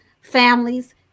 families